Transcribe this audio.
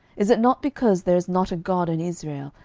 is it not because there is not a god in israel,